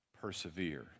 persevere